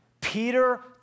Peter